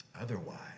Otherwise